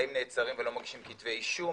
האם נעצרים ולא מגישים כתבי אישום,